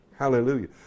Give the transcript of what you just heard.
Hallelujah